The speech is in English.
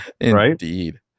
Indeed